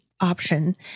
option